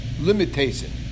limitation